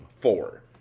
four